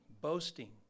boasting